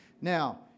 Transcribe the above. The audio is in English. Now